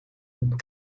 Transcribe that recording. and